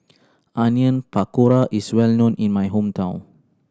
Onion Pakora is well known in my hometown